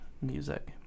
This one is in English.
music